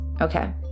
Okay